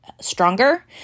stronger